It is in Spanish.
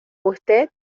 usted